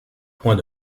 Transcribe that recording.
point